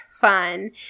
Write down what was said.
fun